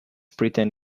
pretend